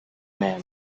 man